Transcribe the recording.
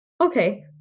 okay